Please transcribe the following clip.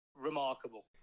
remarkable